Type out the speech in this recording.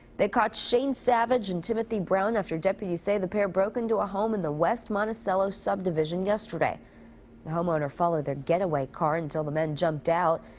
they caught shane savage and timothy brown after deputies say the pair broke into a home in the west monticello subdivision yesterday. the homeowner followed their getaway car until the men jumped out.